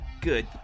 Good